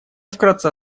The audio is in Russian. вкратце